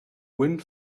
wind